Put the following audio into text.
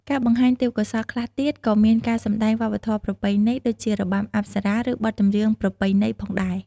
ការបង្ហាញទេពកោសល្យខ្លះទៀតក៏មានការសម្តែងវប្បធម៌ប្រពៃណីដូចជា របាំអប្សរា ឬ បទចម្រៀងប្រពៃណី ផងដែរ។